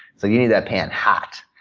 so you need that pan hot.